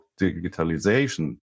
digitalization